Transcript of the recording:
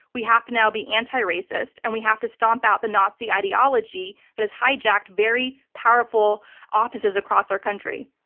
we have to now be anti-racist, and we have to stomp out the nazi ideology that has hijacked very powerful offices across our country.